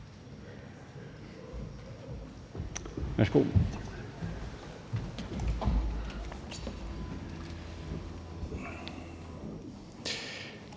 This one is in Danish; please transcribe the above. Værsgo.